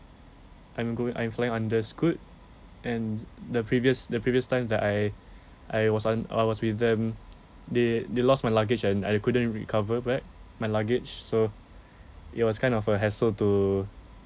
I'm going I'm flying under scoot and the previous the previous time that I I was un~ I was with them they they lost my luggage and I couldn't recover back my luggage so it was kind of a hassle to